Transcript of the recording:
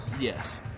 Yes